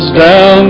down